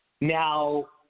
Now